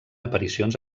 aparicions